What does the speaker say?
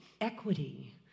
equity